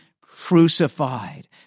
crucified